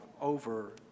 over